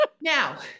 Now